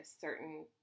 certain